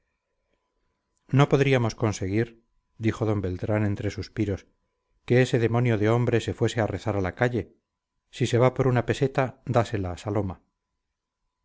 no podríamos conseguir dijo d beltrán entre suspiros que ese demonio de hombre se fuese a rezar a la calle si se va por una peseta dásela saloma